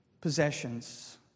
possessions